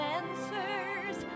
answers